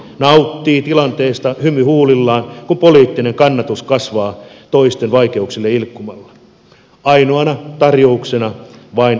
nauttii tilanteesta hymy huulillaan kun poliittinen kannatus kasvaa toisten vaikeuksille ilkkumalla ainoana tarjouksena vain krapularyyppyjä